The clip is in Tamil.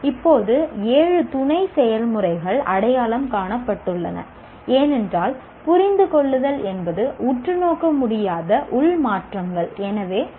இப்போது ஏழு துணை செயல்முறைகள் அடையாளம் காணப்பட்டுள்ளன ஏனென்றால் புரிந்து கொள்ளுதல் என்பது 'உற்று நோக்க முடியாத உள் மாற்றங்கள்'